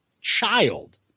child